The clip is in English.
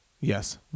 Yes